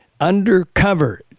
undercover